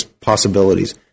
possibilities